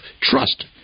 trust